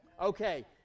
Okay